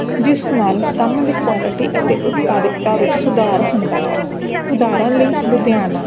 ਜਿਸ ਨਾਲ ਕੰਮ ਦੀ ਕੁਆਲਿਟੀ ਅਤੇ ਉਤਪਾਦਿਕਤਾ ਵਿੱਚ ਸੁਧਾਰ ਹੁੰਦਾ ਹੈ ਉਦਾਹਰਣ ਲਈ ਲੁਧਿਆਣਾ